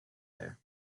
there